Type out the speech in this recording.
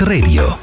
Radio